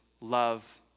love